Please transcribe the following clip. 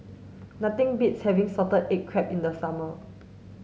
nothing beats having salted egg crab in the summer